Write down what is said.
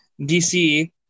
DC